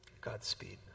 Godspeed